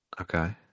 Okay